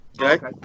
Okay